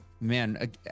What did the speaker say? man